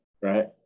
right